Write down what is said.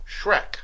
Shrek